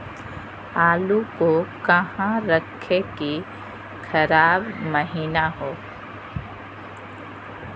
आलू को कहां रखे की खराब महिना हो?